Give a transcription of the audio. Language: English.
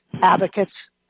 advocates